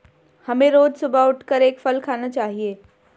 हमें रोज सुबह उठकर एक फल खाना चाहिए